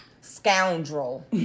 scoundrel